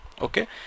Okay